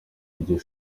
iryo